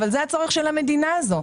אבל זה הצורך של המדינה הזאת,